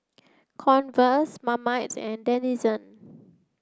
Converse Marmite and Denizen